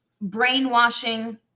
brainwashing